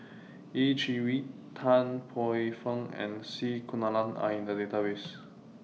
Yeh Chi Wei Tan Paey Fern and C Kunalan Are in The Database